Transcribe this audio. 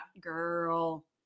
girl